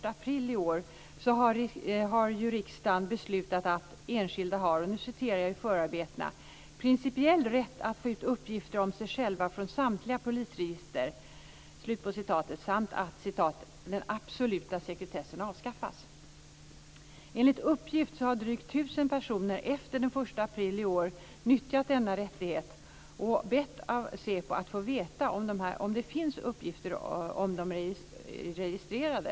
april i år har riksdagen beslutat att enskilda, enligt förarbetena, har principiell rätt att få ut uppgifter om sig själva från samtliga polisregister samt att den absoluta sekretessen avskaffas. Enligt uppgift har drygt tusen personer efter den 1 april i år nyttjat denna rättighet och bett att få veta från SÄPO om det finns uppgifter om de är registrerade.